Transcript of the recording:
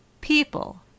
People